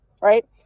right